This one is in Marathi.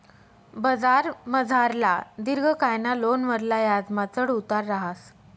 बजारमझारला दिर्घकायना लोनवरला याजमा चढ उतार रहास